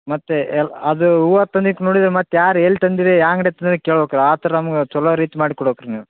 ಮತ್ತೆ ಎಲ್ಲಿ ಅದು ಹೂವ ತಂದಿಕ್ಕೆ ನೋಡಿದ ಮತ್ತೆ ಯಾರು ಎಲ್ಲಿ ತಂದೀರಿ ಯಾ ಅಂಗ್ಡೆನ್ಗೆ ತಂದಿರಿ ಕೇಳ್ಬೇಕು ಆ ಥರ ನಮ್ಗೆ ಛಲೋ ರೀತಿ ಮಾಡ್ಕೊಡ್ಬೇಕು ರೀ ನೀವು